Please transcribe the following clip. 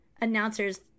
announcers